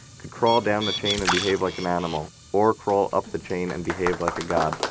could crawl down the chain and behave like an animal or crawl up the chain and behave like a god,